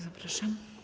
Zapraszam.